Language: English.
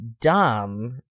dumb